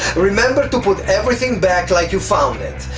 remember to put everything back like you found it,